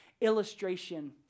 illustration